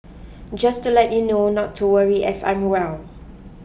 just to let you know not to worry as I'm well